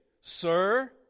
sir